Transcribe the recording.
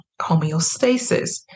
homeostasis